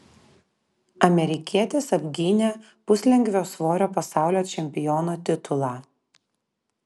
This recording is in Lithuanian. amerikietis apgynė puslengvio svorio pasaulio čempiono titulą